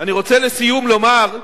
אני רוצה לסיום לומר: